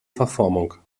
verformung